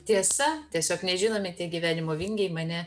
tiesa tiesiog nežinomi tie gyvenimo vingiai mane